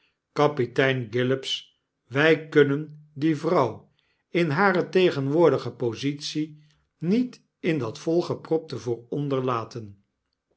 kapitein gillops wy kunnen die vrouw in hare tegenwoordige positie niet in dat volgepropte vooronder